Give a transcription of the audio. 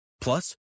Plus